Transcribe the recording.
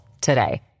today